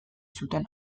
zuten